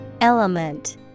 Element